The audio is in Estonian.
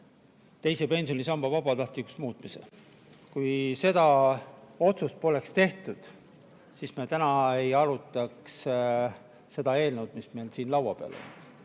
teise pensionisamba vabatahtlikuks muutmise. Kui seda otsust poleks tehtud, siis me täna ei arutaks seda eelnõu, mis meil siin laua peal on.